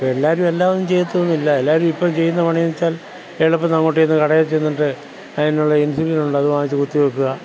എല്ലാവരും എല്ലാമൊന്നും ചെയ്യാത്തതൊന്നുമില്ല എല്ലാവരുമിപ്പോൾ ചെയ്യുന്ന പണിയിച്ചാൽ എളുപ്പന്നങ്ങോട്ടെന്നു കടയിൽ ചെന്നിട്ട് അതിനുള്ള ഇൻസുലിനുണ്ട് അതു വാങ്ങിച്ചു കുത്തിവെക്കുക